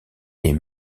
est